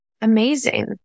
Amazing